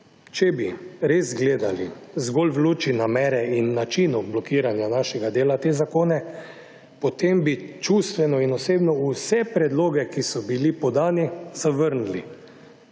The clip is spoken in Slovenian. Če bi res gledali zgolj v luči namere in načinov blokiranja našega dela te zakone, potem bi čustveno in osebno vse predloge, ki so bili podani, zavrnili.